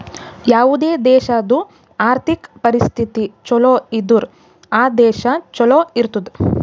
ಯಾವುದೇ ದೇಶಾದು ಆರ್ಥಿಕ್ ಪರಿಸ್ಥಿತಿ ಛಲೋ ಇದ್ದುರ್ ಆ ದೇಶಾ ಛಲೋ ಇರ್ತುದ್